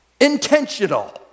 Intentional